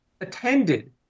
attended